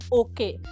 okay